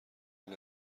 این